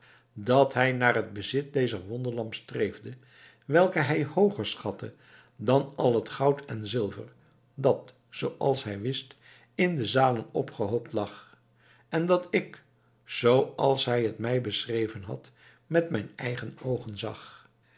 dat hij naar het bezit dezer wonderlamp streefde welke hij hooger schatte dan al het goud en zilver dat zooals hij wist in de zalen opgehoopt lag en dat ik zooals hij het mij beschreven had met mijn eigen oogen zag